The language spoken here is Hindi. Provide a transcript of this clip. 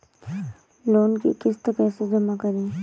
लोन की किश्त कैसे जमा करें?